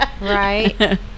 Right